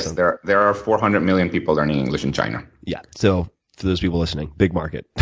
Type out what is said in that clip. there there are four hundred million people learning english in china. yeah, so for those people listening, big market.